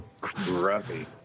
Grubby